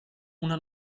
una